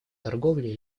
торговле